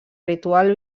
ritual